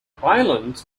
island